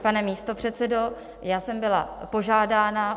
Pane místopředsedo, já jsem byla požádána